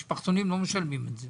המשפחתונים לא משלמים את זה